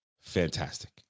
Fantastic